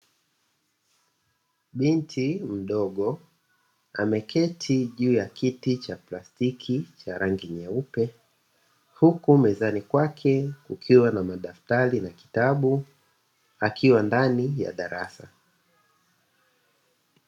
Binti mdogo ameketi juu ya kiti cha plastiki cha rangi nyeupe huku mezani kwake kukiwa na madaftari na kitabu, akiwa ndani ya darasa.